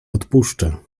odpuszczę